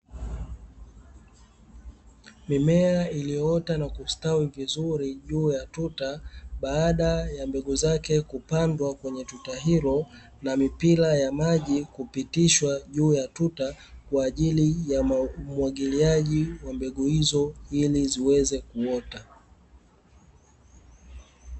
Mimea iliyoota na kustawi vizuri juu ya tuta baada ya mbegu zake kupandwa kwenye tuta hilo na mipira ya maji kupitishwa juu ya tuta kwa ajili ya umwagiliaji wa mbegu hizo ili ziweze kuota.